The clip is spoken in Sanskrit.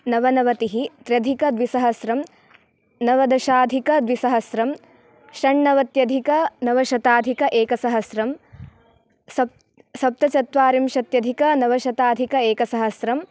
नवनवतिः त्र्यधिकद्विसहस्रम् नवदशाधिकद्विसहस्रम् षण्णवत्यधिकनवशताधिक एकसहस्रम् सप्तचत्वारिंशत्यधिकनवशताधिक एकसहस्रम्